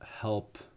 help